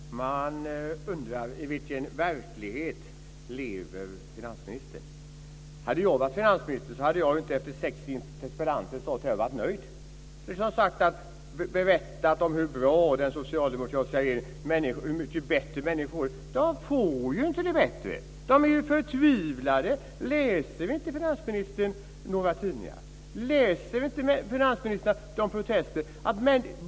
Fru talman! Man undrar i vilken verklighet finansministern lever. Hade jag varit finansminister hade jag inte stått och varit nöjd inför sex interpellanter och berättat hur bra den socialdemokratiska regeringen gör det och hur mycket bättre människor får det. De får det inte bättre! De är förtvivlade. Läser inte finansministern några tidningar? Läser inte finansministern om protesterna?